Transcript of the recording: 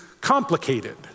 complicated